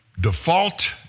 default